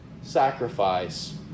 sacrifice